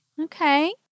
Okay